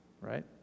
right